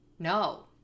No